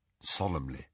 solemnly